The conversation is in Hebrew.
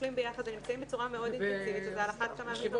שאוכלים ביחד ושנמצאים בצורה מאוד אינטנסיבית על אחת כמה וכמה.